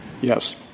Yes